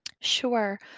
Sure